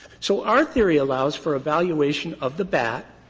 so our theory allows for a valuation of the bat.